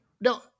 Now